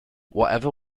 whatever